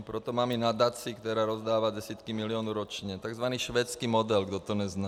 Proto mám i nadaci, která rozdává desítky milionů ročně, takzvaný švédský model, kdo to nezná.